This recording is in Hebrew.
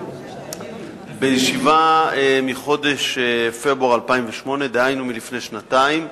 בישיבה מחודש פברואר 2008, דהיינו לפני שנתיים,